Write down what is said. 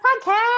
podcast